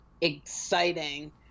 exciting